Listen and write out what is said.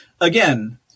Again